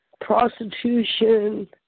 prostitution